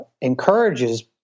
Encourages